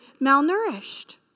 malnourished